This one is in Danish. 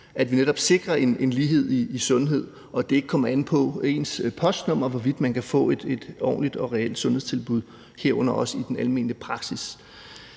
at vi netop sikrer en lighed i sundhed, og at det ikke kommer an på ens postnummer, hvorvidt man kan få et ordentligt og reelt sundhedstilbud, herunder også i den almene praksis.